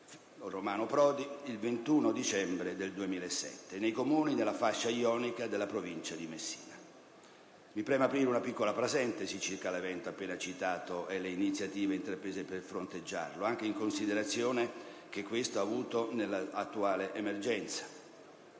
Romano Prodi, il 21 dicembre 2007, nei Comuni della fascia ionica della Provincia di Messina. Mi preme aprire una piccola parentesi circa l'evento appena citato e le iniziative intraprese per fronteggiarlo, anche in considerazione della rilevanza che questo ha avuto nell'attuale emergenza.